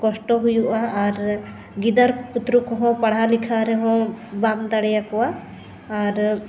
ᱠᱚᱥᱴᱚ ᱦᱩᱭᱩᱜᱼᱟ ᱟᱨ ᱜᱤᱫᱟᱹᱨ ᱯᱩᱛᱨᱚ ᱠᱚᱦᱚᱸ ᱯᱟᱲᱦᱟᱭᱼᱞᱮᱠᱷᱟᱭ ᱨᱮᱦᱚᱸ ᱵᱟᱢ ᱫᱟᱲᱮᱭ ᱟᱠᱚᱣᱟ ᱟᱨ